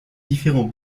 différents